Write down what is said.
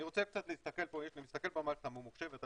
אני רוצה להסתכל במערכת הממוחשבת,